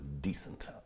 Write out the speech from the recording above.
decent